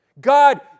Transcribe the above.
God